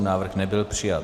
Návrh nebyl přijat.